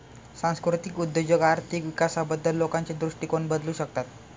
सांस्कृतिक उद्योजक आर्थिक विकासाबद्दल लोकांचे दृष्टिकोन बदलू शकतात